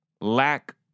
Lack